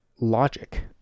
logic